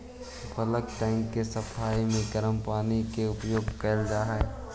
bulk tank के सफाई में गरम पानी के उपयोग कैल जा हई